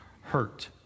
hurt